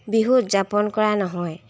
বিহু উদযাপন কৰা নহয়